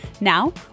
Now